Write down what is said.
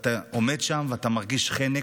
ואתה עומד שם ואתה מרגיש חנק.